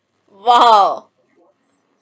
!wow!